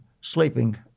sleeping